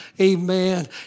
Amen